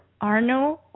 Arnold